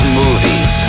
movies